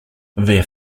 their